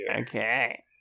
Okay